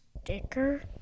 sticker